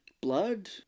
blood